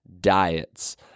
diets